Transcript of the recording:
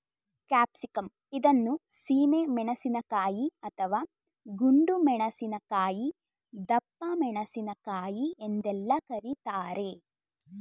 capsicum ಇದನ್ನು ಸೀಮೆ ಮೆಣಸಿನಕಾಯಿ, ಅಥವಾ ಗುಂಡು ಮೆಣಸಿನಕಾಯಿ, ದಪ್ಪಮೆಣಸಿನಕಾಯಿ ಎಂದೆಲ್ಲ ಕರಿತಾರೆ